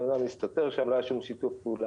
הבן אדם הסתתר שם ולא היה שום שיתוף פעולה.